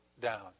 down